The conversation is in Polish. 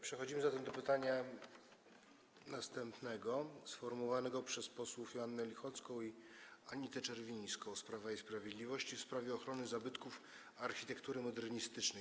Przechodzimy zatem do pytania następnego, sformułowanego przez posłów Joannę Lichocką i Anitę Czerwińską z Prawa i Sprawiedliwości, w sprawie ochrony zabytków architektury modernistycznej.